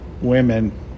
women